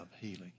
healing